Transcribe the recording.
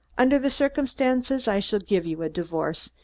under the circumstances, i shall give you a divorce,